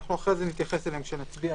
אנחנו אחרי זה נתייחס אליהם, כשנצביע.